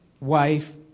wife